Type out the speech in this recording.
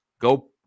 Go